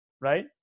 Right